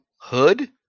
hood